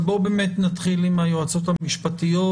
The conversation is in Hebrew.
אבל בואו נתחיל עם היועצות המשפטיות,